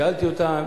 שאלתי אותם